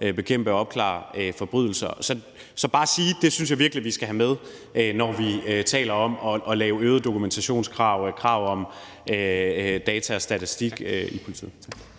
at bekæmpe og opklare forbrydelser. Så det er bare for at sige, at det synes jeg virkelig vi skal have med, når vi taler om at lave øgede dokumentationskrav og krav om data og statistik i politiet.